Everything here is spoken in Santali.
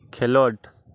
ᱠᱷᱮᱸᱞᱳᱰ